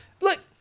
Look